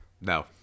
no